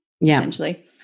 essentially